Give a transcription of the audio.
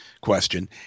question